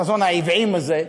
חזון העוועים הזה,